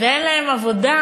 ואין להם עבודה